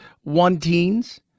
one-teens